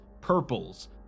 purples